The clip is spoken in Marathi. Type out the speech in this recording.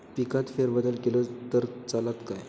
पिकात फेरबदल केलो तर चालत काय?